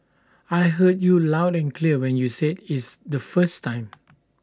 I heard you loud and clear when you said its the first time